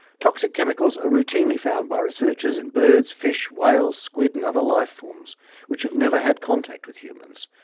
toxic chemicals are routinely found by researchers in birds, fish, whales, squid and other life-forms which have never had contact with humans,